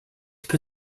per